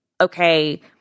okay